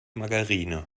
margarine